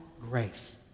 grace